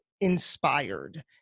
inspired